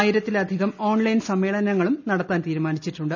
ആയിരത്തിലധികം ഓൺലൈൻ സമ്മേളനങ്ങളും നടത്താൻ തീരുമാനിച്ചിട്ടുണ്ട്